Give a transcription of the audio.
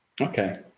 okay